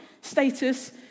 status